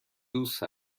دوست